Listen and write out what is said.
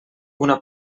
una